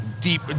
Deep